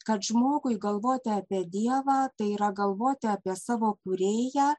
kad žmogui galvoti apie dievą tai yra galvoti apie savo kūrėją